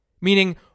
Meaning